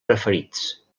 preferits